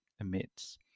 emits